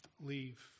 leave